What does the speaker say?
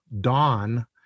dawn